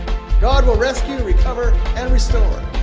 god will rescue, recover and restore.